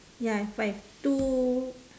ya I have five two